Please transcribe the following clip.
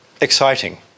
exciting